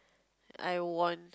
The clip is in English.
I warned